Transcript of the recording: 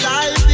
Life